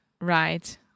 right